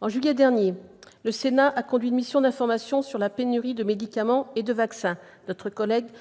En juillet dernier, le Sénat a conduit une mission d'information sur la pénurie de médicaments et de vaccins ; notre collègue Yves